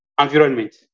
environment